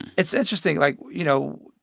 it's interesting. like, you know,